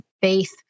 faith